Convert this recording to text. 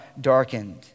darkened